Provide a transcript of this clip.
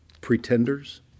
pretenders